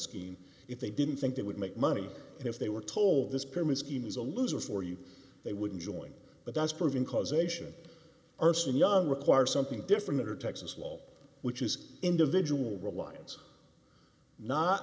scheme if they didn't think it would make money if they were told this pyramid scheme is a loser for you they wouldn't join but that's proving causation arson young require something different or texas law which is individual reliance not